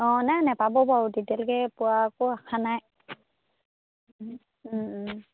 অঁ নাই নাই পাব বাৰু তেতিয়ালৈকে পোৱাটো আশা নাই